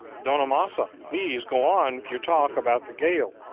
don amasa, please go on with your talk about the gale,